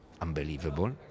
unbelievable